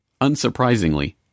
Unsurprisingly